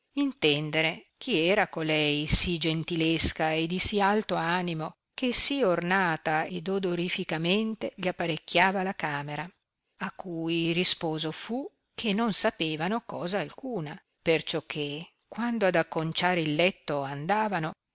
intendere chi era colei sì gentilesca e di sì alto animo che sì ornata ed odorifìcamente gli apparecchiava la camera a cui risposo fu che non sapevano cosa alcuna perciò che quando ad acconciare il letto andavano